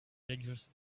dangerous